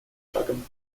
шагом